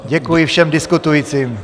Děkuji všem diskutujícím.